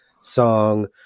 song